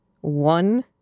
one